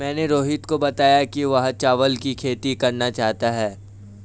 मैंने रोहित को बताया कि वह चावल की खेती करना चाहता है